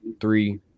three